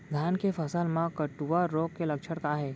धान के फसल मा कटुआ रोग के लक्षण का हे?